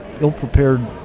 ill-prepared